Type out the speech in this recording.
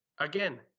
again